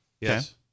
Yes